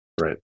right